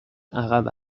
عقب